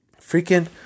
freaking